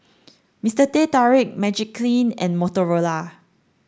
Mister Teh Tarik Magiclean and Motorola